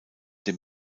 dem